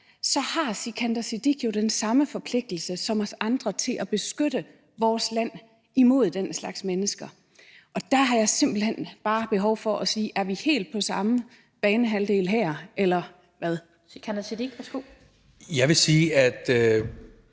så har Sikandar Siddique jo den samme forpligtelse som os andre til at beskytte vores land imod den slags mennesker. Der har jeg simpelt hen bare behov for at spørge: Er vi her helt på samme banehalvdel eller hvad? Kl. 13:48 Den fg.